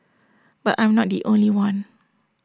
but I'm not the only one